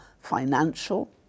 financial